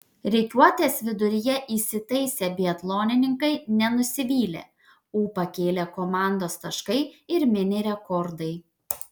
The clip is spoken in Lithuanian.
rikiuotės viduryje įsitaisę biatlonininkai nenusivylė ūpą kėlė komandos taškai ir mini rekordai